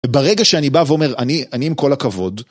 ברגע שאני בא ואומר, אני עם כל הכבוד